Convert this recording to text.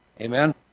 Amen